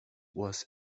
was